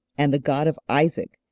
and the god of isaac,